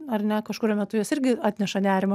ar ne kažkuriuo metu jos irgi atneša nerimo